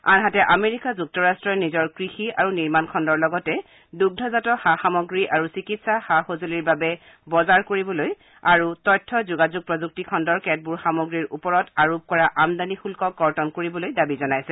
আনহাতে আমেৰিকা যুক্তৰাট্টই নিজৰ কৃষি আৰু নিৰ্মাণ খণ্ডৰ লগতে দুগ্ধজাত সা সামগ্ৰী আৰু চিকিৎসা সা সঁজুলিৰ বাবে বজাৰ কৰিবলৈ আৰু তথ্য যোগাযোগ প্ৰযুক্তি খণ্ডৰ কেতবোৰ সামগ্ৰীৰ ওপৰত আৰোপ কৰা আমদানী শুদ্ধ কৰ্তন কৰিবলৈ দাবী জনাইছে